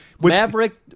Maverick